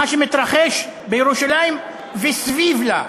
מה שמתרחש בירושלים וסביב לה.